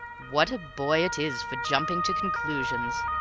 what a boy it is for jumping to conclusions!